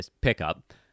pickup